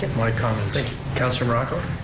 my comments. thank you. councilor morocco?